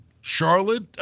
Charlotte